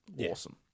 awesome